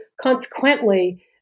consequently